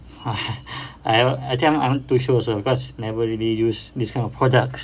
I al~ I think I not too sure also because never really use these kind of products